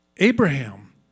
Abraham